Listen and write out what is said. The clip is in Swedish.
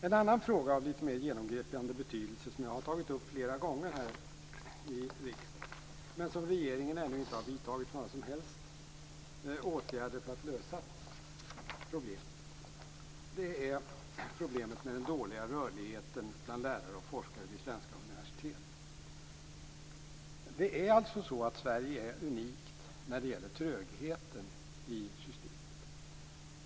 En annan fråga av litet mer genomgripande betydelse har jag tagit upp flera gånger här i riksdagen. Regeringen har ännu inte vidtagit några som helst åtgärder för att lösa problemet. Det gäller den dåliga rörligheten bland lärare och forskare vid svenska universitet. Sverige är unikt när det gäller trögheten i systemet.